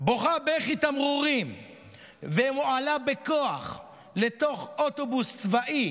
בוכה בכי תמרורים ומועלית בכוח לתוך אוטובוס צבאי